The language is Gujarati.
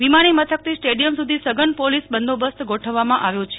વિમાની મથકથી સ્ટેડીયમ સુધી સઘન પોલિસ બંદોબસ્ત ગોઠવવામાં આવ્યો છે